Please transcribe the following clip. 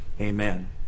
amen